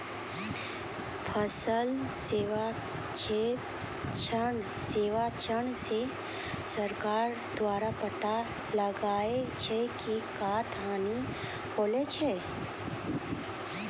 फसल सर्वेक्षण से सरकार द्वारा पाता लगाय छै कि कत्ता हानि होलो छै